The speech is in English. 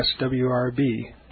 swrb